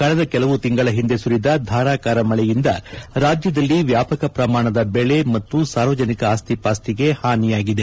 ಕಳೆದ ಕೆಲವು ತಿಂಗಳ ಹಿಂದೆ ಸುರಿದ ಧಾರಾಕಾರ ಮಳೆಯಿಂದ ರಾಜ್ಯದಲ್ಲಿ ವ್ಯಾಪಕ ಪ್ರಮಾಣದ ಬೆಳೆ ಮತ್ತು ಸಾರ್ವಜನಿಕ ಆಸ್ತಿಪಾಸ್ತಿಗೆ ಹಾನಿಯಾಗಿದೆ